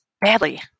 Badly